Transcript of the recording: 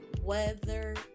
weather